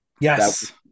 yes